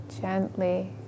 gently